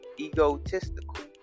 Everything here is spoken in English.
egotistical